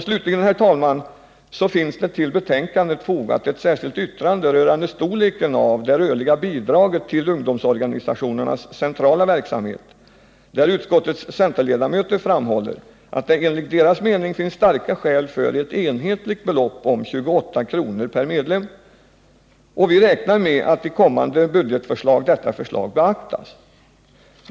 Slutligen, herr talman, finns det till betänkandet fogat ett särskilt yttrande rörande storleken av det rörliga bidraget till ungdomsorganisationernas centrala verksamhet, där utskottets centerledamöter framhåller att det enligt deras mening finns starka skäl för ett enhetligt belopp om 28 kr. per medlem. Vi räknar med att detta förslag beaktas i kommande budgetförslag.